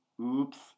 oops